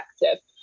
effective